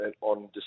on